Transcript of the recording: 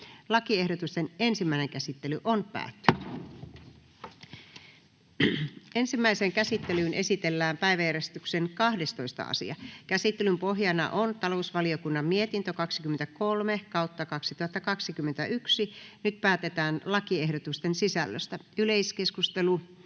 lain muuttamisesta Time: N/A Content: Ensimmäiseen käsittelyyn esitellään päiväjärjestyksen 12. asia. Käsittelyn pohjana on talousvaliokunnan mietintö TaVM 23/2021 vp. Nyt päätetään lakiehdotusten sisällöstä. — Yleiskeskustelu,